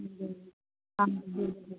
हजुर